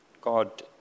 God